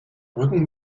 brücken